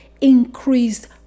increased